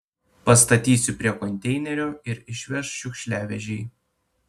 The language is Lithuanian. pastatysiu prie konteinerio ir išveš šiukšliavežiai